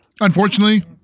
Unfortunately